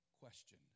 question